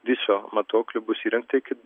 viso matuoklių bus įrengta iki